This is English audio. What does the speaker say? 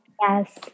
yes